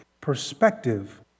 perspective